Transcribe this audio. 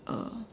uh